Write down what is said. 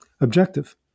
objective